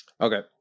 Okay